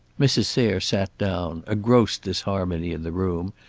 mrs. sayre sat down, a gross disharmony in the room,